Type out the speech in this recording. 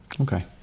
Okay